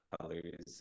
colors